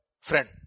friend